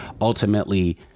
ultimately